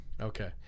okay